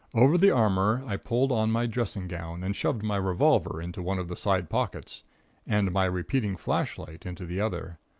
over the armor i pulled on my dressing gown and shoved my revolver into one of the side pockets and my repeating flash-light into the other.